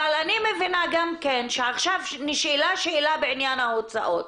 אבל אני מבינה גם כן שעכשיו נשאלה שאלה בעניין ההוצאות.